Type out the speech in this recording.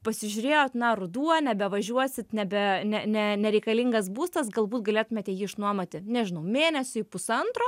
pasižiūrėjot na ruduo nebevažiuosit nebe ne ne nereikalingas būstas galbūt galėtumėte jį išnuomoti nežinau mėnesiui pusantro